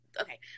Okay